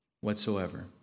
whatsoever